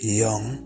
young